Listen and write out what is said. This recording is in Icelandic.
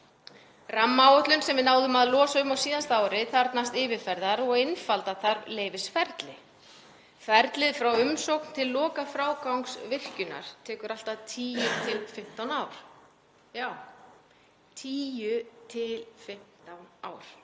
Rammaáætlun sem við náðum að losa um á síðasta ári þarfnast yfirferðar og einfalda þarf leyfisferli. Ferlið frá umsókn til lokafrágangs virkjunar tekur allt að tíu til fimmtán ár. Já, tíu til